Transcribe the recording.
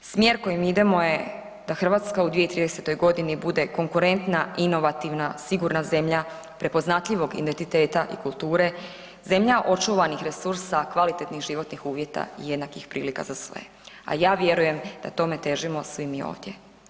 Smjer kojim idemo je da Hrvatska u 2030. godini bude konkurentna, inovativna, sigurna zemlja prepoznatljivog identiteta i kulture, zemlja očuvanih resursa, kvalitetnih životnih uvjeta i jednakih prilika za sve, a ja vjerujem da tome težimo svi mi ovdje.